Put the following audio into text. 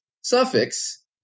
suffix